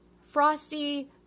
frosty